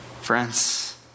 Friends